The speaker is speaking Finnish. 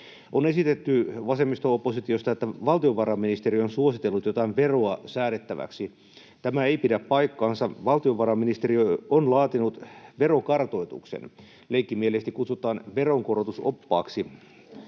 On esitetty vasemmisto-oppositiosta, että valtiovarainministeriö on suositellut jotain veroa säädettäväksi. Tämä ei pidä paikkaansa. Valtiovarainministeriö on laatinut verokartoituksen, jota leikkimielisesti kutsutaan ”veronkorotusoppaaksi”,